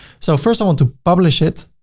so first i want to publish it